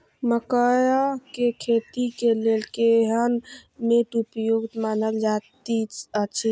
मकैय के खेती के लेल केहन मैट उपयुक्त मानल जाति अछि?